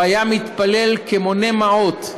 הוא היה מתפלל כמונה מעות: